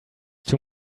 too